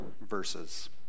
verses